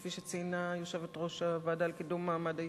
כפי שציינה יושבת-ראש הוועדה לקידום מעמד האשה,